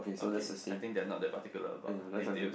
okay I think they are not that particular about details